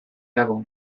dago